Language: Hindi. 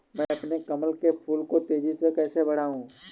मैं अपने कमल के फूल को तेजी से कैसे बढाऊं?